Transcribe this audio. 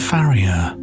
Farrier